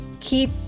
keep